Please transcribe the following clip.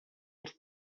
els